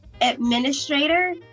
administrator